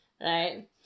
Right